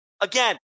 Again